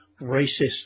racist